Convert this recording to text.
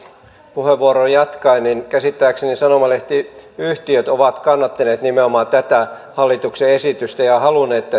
puheenvuoroa jatkaen käsittääkseni sanomalehtiyhtiöt ovat kannattaneet nimenomaan tätä hallituksen esitystä ja halunneet